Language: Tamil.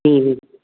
ம் ம்